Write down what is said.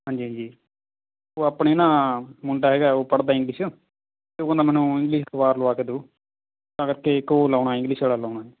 ਹਾਂਜੀ ਹਾਂਜੀ ਉਹ ਆਪਣੇ ਨਾ ਮੁੰਡਾ ਹੈਗਾ ਉਹ ਪੜ੍ਹਦਾ ਇੰਗਲਿਸ਼ ਅਤੇ ਉਹ ਕਹਿੰਦਾ ਮੈਨੂੰ ਇੰਗਲਿਸ਼ ਅਖ਼ਬਾਰ ਲਵਾ ਕੇ ਦਿਓ ਤਾਂ ਕਰਕੇ ਇੱਕ ਉਹ ਲਾਉਣਾ ਇੰਗਲਿਸ਼ ਵਾਲਾ ਲਾਉਣਾ